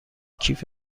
کیف